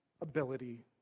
ability